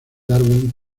darwin